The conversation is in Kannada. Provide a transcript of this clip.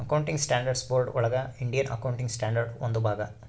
ಅಕೌಂಟಿಂಗ್ ಸ್ಟ್ಯಾಂಡರ್ಡ್ಸ್ ಬೋರ್ಡ್ ಒಳಗ ಇಂಡಿಯನ್ ಅಕೌಂಟಿಂಗ್ ಸ್ಟ್ಯಾಂಡರ್ಡ್ ಒಂದು ಭಾಗ